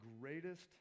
greatest